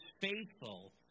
faithful